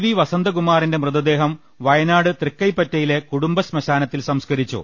V വസന്തകുമാറിന്റെ മൃത ദേഹം വയനാട് തൃക്കൈപ്പറ്റയിലെ കുടുംബശ്മശാനത്തിൽ സംസ്ക രിച്ചു